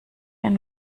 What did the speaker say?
ein